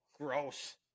Gross